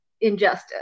injustice